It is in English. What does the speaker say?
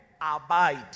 abide